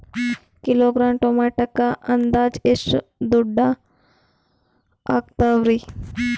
Kilogram ಟೊಮೆಟೊಕ್ಕ ಅಂದಾಜ್ ಎಷ್ಟ ದುಡ್ಡ ಅಗತವರಿ?